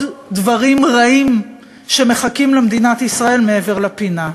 דברים רעים שמחכים למדינת ישראל מעבר לפינה.